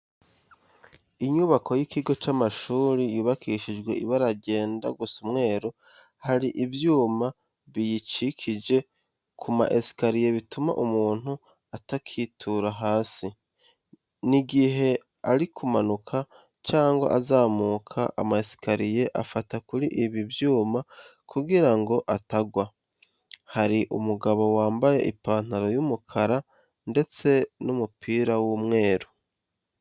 Inyubako y'ikigo cy'amashuri yubakishijwe ibara ryenda gusa umweru, hari imyuma biyicyikije kuma esikariye bituma umuntu atakitura hasi, nigihe ari kumanuka cyangwa azamuka ama esikariye afata kuri ibi nyuma kugira ngo atangwa. Hari umugabo wambaye ipantaro y'umukara ndetse n'umupira w'umweru.